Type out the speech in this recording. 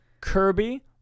Kirby